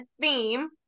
theme